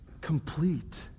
complete